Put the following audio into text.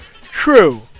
True